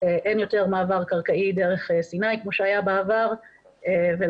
אין יותר מעבר קרקעי דרך סיני כמו שהיה בעבר ולכן